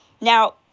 Now